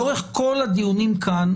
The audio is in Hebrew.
לאורך כל הדיונים כאן,